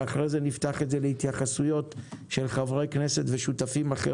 ואחרי זה נפתח את זה להתייחסויות של חברי כנסת ואחרים.